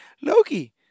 Loki